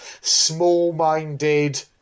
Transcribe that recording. small-minded